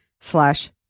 slash